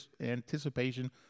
anticipation